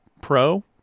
Pro